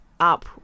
up